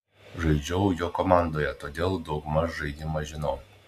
žaidžiau jo komandoje todėl daug maž žaidimą žinau